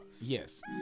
Yes